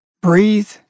breathe